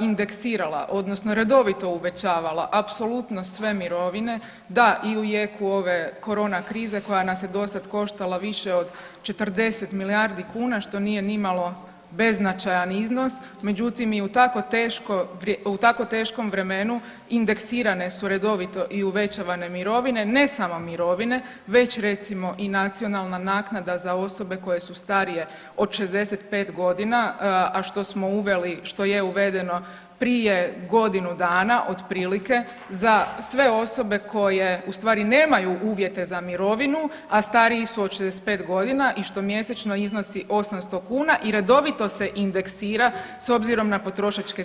indeksirala odnosno redovito uvećavala apsolutno sve mirovine, da i u jeku ove korona krize koja nas je dosad koštala više od 40 milijardi kuna, što nije nimalo beznačajan iznos, međutim i u tako teškom vremenu indeksirane su redovito i uvećavane mirovine, ne samo mirovine već recimo i nacionalna naknada za osobe koje su starije od 65.g., a što smo uveli, što je uvedeno prije godinu dana otprilike za sve osobe koje u stvari nemaju uvjete za mirovine, a stariji su od 65.g. i što mjesečno iznosi 800 kuna i redovito se indeksira s obzirom na potrošačke cijene.